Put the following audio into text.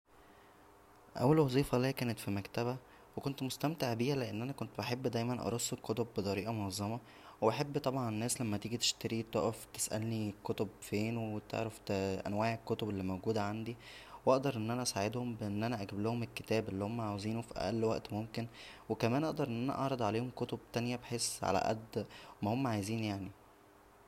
اول ويفه ليا كانت فمكتبه و كنت مستمتع بيها لان انا كنت بحب دايما ارص الكتب بطريقه منظمه وبحب طبعا الناس لا تيجى تشترى تقف تسالنى الكتب فين وتعرف انواع الكتب الموجوده عندى واقدر ان انا اساعدهم ان انا اجيبلهم الكتاب اللى هما عاوزينه فاقل وقت ممكن و كمان اقدر ان انا اعرض عليهم كتب تانيه بحيث على قد ما هما عايزين يعنى